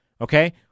okay